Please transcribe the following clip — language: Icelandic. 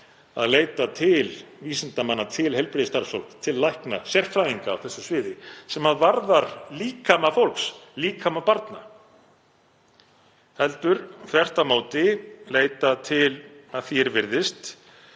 að leita til vísindamanna, til heilbrigðisstarfsfólks, til lækna, til sérfræðinga á þessu sviði sem varðar líkama fólks, líkama barna, heldur þvert á móti leitað til, að því er virðist,